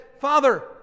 Father